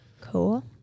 Cool